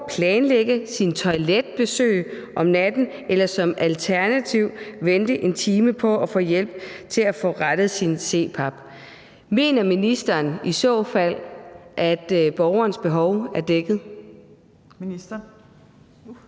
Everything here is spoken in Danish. planlægge sine toiletbesøg om natten eller som alternativ vente en time på at få hjælp til at få rettet sin CPAP. Mener ministeren i så fald, at borgerens behov er dækket? Kl.